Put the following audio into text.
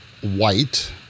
white